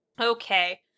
Okay